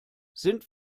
sind